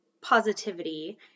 positivity